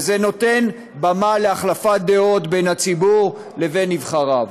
וזה נותן במה להחלפת דעות בין הציבור לבין נבחריו.